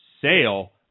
sale